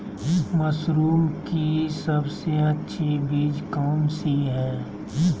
Mushroom की सबसे अच्छी बीज कौन सी है?